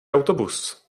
autobus